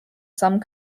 some